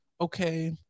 okay